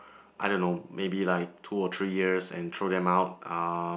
I don't know maybe like two or three years and throw them out uh